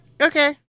okay